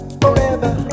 forever